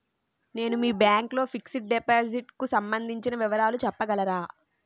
నేను మీ బ్యాంక్ లో ఫిక్సడ్ డెపోసిట్ కు సంబందించిన వివరాలు చెప్పగలరా?